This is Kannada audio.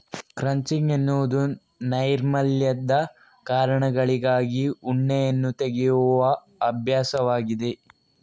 ಕ್ರಚಿಂಗ್ ಎನ್ನುವುದು ನೈರ್ಮಲ್ಯದ ಕಾರಣಗಳಿಗಾಗಿ ಉಣ್ಣೆಯನ್ನು ತೆಗೆಯುವ ಅಭ್ಯಾಸವಾಗಿದೆ